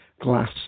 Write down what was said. glass